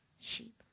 sheep